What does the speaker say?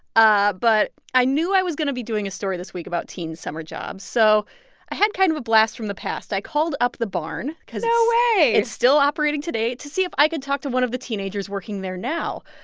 ah but i knew i was going to be doing a story this week about teen summer jobs, so i had kind of a blast from the past. i called up the barn because it's. no way. still operating today to see if i could talk to one of the teenagers working there now.